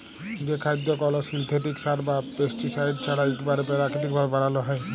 যে খাদ্য কল সিলথেটিক সার বা পেস্টিসাইড ছাড়া ইকবারে পেরাকিতিক ভাবে বানালো হয়